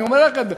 אני אומר לכם,